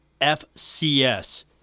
FCS